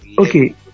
Okay